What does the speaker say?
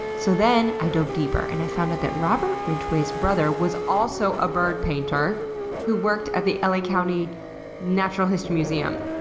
so then i dove deeper and i found out that robert ridgway's brother was also a bird painter who worked at the l a. county natural history museum.